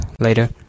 later